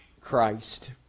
Christ